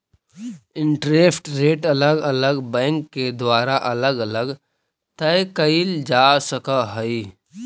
interest rate अलग अलग bank के द्वारा अलग अलग तय कईल जा सकऽ हई